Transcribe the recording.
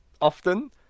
often